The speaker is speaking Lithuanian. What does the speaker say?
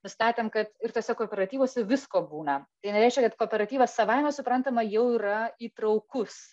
nustatėm kad ir tuose kooperatyvuose visko būna tai nereiškia kad kooperatyvas savaime suprantama jau yra įtraukus